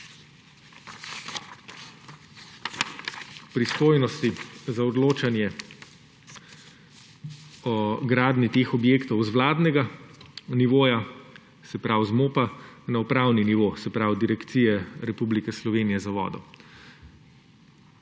pristojnosti za odločanje o gradnji teh objektov z vladnega nivoja, se pravi z MOP, na upravni nivo, se pravi Direkcije Republike Slovenije za vode.